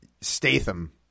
Statham